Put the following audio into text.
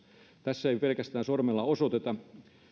tässä ei sormella osoiteta pelkästään